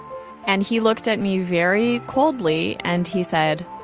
and he looked at me very coldly. and he said,